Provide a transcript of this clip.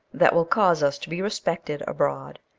that will cause us to be respected abroad.